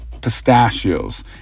Pistachios